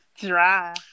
Dry